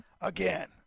Again